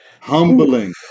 humbling